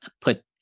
put